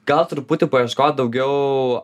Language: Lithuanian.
gal truputį paieškot daugiau